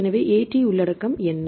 எனவே AT உள்ளடக்கம் என்ன